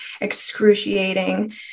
excruciating